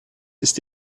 ist